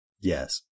Yes